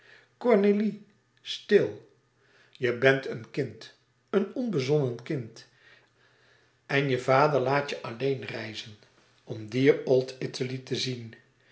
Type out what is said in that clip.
stil je bent een kind een onbezonnen kind en je vader laat je alleen reizen om dear old italy te zien